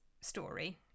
story